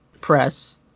press